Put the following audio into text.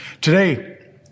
Today